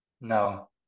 No